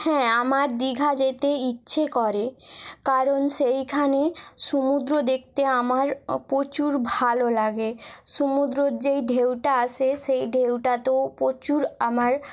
হ্যাঁ আমার দিঘা যেতে ইচ্ছে করে কারণ সেইখানে সমুদ্র দেখতে আমার প্রচুর ভালো লাগে সমুদ্রের যে ঢেউটা আসে সেই ঢেউটাতেও প্রচুর আমার